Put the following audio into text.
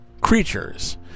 creatures